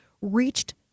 reached